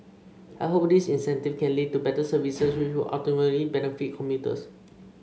I hope this incentive can lead to better services which would ultimately benefit commuters